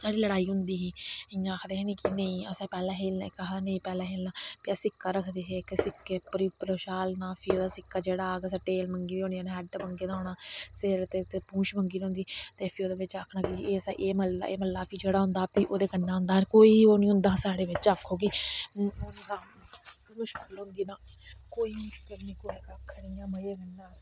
साढ़ी लड़ाई होंदी ही इयां आखदे हे कि नेंई असें पैह्लैं खेलना इक आखदा सा असें पैह्लैं खेलना फ्ही अस सिक्का रक्खदे हे इक सिक्का उप्पर उछालना फ्ही ओह्दा सिक्का जेह्ड़ा आह्ग असें टेल मंग्गी दी होनी इनें हैड्ड मंगे दा होना सिर ते पूंछ मंगी दी होंदी ते फ्ही ओह्दे बिच्च आखना कि असैं एह् मल्ले दा एह् मल्ला फ्ही जेह्ड़ा औंदा फ्ही ओह्दै कन्नै होंदा हा कोई ओह् नी होंदा हा साढ़ै बिच्च आक्खो कि होंदा हा कुछ मतलव होंदा कोई